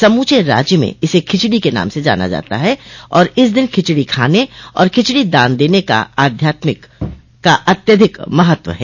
समूचे राज्य में इसे खिचड़ी के नाम से जाना जाता है और इस दिन खिचड़ी खाने व खिचड़ी दान देने का अत्याधिक महत्व होता है